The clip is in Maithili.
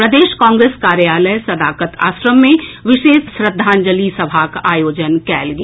प्रदेश कांग्रेस कार्यालय सदाकत आश्रम मे विशेष श्रद्धांजलि सभाक आयोजन कयल गेल